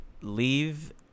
leave